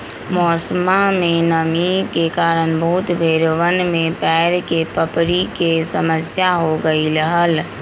मौसमा में नमी के कारण बहुत भेड़वन में पैर के पपड़ी के समस्या हो गईले हल